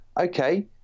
Okay